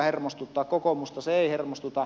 kokoomusta se ei hermostuta